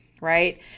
right